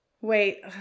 Wait